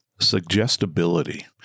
suggestibility